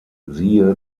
siehe